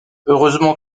heureusement